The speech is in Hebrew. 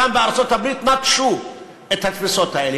גם בארצות-הברית נטשו את התפיסות האלה.